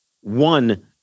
One-